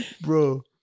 Bro